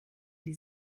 die